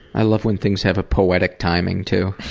i love when things have a poetic timing too.